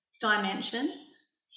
dimensions